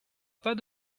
pas